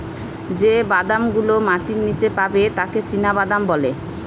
যে বাদাম গুলো মাটির নীচে পাবে তাকে চীনাবাদাম বলে